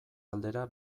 aldera